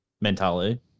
mentality